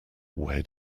where